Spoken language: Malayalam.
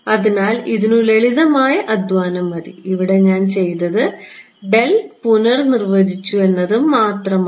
അതിനാൽ ഇതിനു ലളിതമായ അധ്വാനം മതി ഇവിടെ ഞാൻ ചെയ്തത് ഡെൽ പുനർനിർവചിച്ചു എന്നതുമാത്രമാണ്